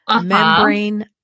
membrane